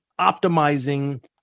optimizing